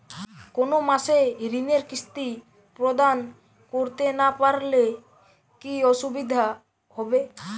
কোনো মাসে ঋণের কিস্তি প্রদান করতে না পারলে কি অসুবিধা হবে?